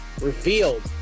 revealed